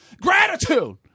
gratitude